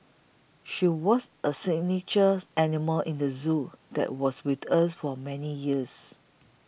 she was a signature animal in the zoo that was with us for many years